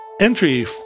Entry